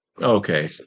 Okay